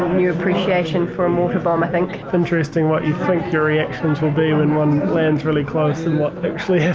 new appreciation for a mortar bomb, i think. it's interesting what you think your reaction will be when one lands really close, and what actually